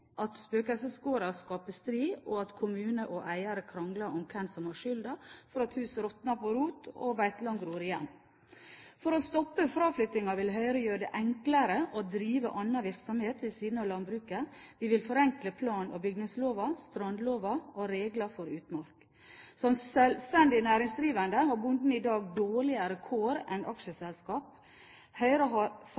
at spøkelsesgårder skaper strid og at kommuner og eiere krangler om hvem som har skylden for at hus råtner på rot og beiteland gror igjen. For å stoppe fraflyttingen vil Høyre gjøre det enklere å drive annen virksomhet ved siden av landbruket. Vi vil forenkle plan- og bygningsloven, strandloven og regler for utmark. Som selvstendig næringsdrivende har bonden i dag dårligere kår enn